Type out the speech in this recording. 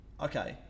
okay